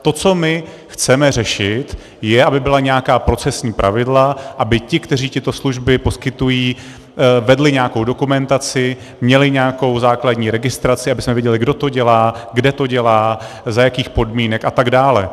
To, co my chceme řešit, je, aby byla nějaká procesní pravidla, aby ti, kteří tyto služby poskytují, vedli nějakou dokumentaci, měli nějakou základní registraci, abychom věděli, kdo to dělá, kde to dělá, za jakých podmínek atd.